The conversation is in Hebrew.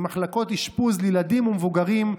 עם מחלקות אשפוז לילדים ומבוגרים,